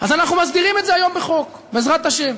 אז אנחנו מסדירים את זה היום בחוק, בעזרת השם,